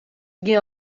gjin